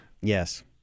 Yes